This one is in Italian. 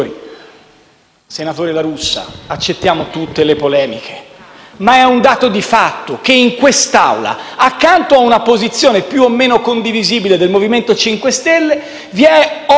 Senatore La Russa, accettiamo tutte le polemiche, ma è un dato di fatto che in quest'Assemblea, accanto a una posizione più o meno condivisibile del MoVimento 5 Stelle, vi è oggi